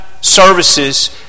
Services